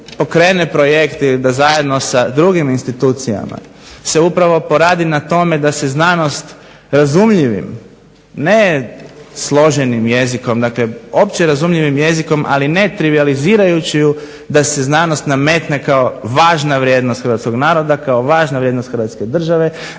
da pokrene projekt i da sa drugim institucijama se poradi na tome da se znanost razumljivim ne složenim jezikom dakle opće razumljivim jezikom ali ne trivijalizirajući ju da se znanost nametne kao važna vrijednost Hrvatskog naroda, važna vrijednost države,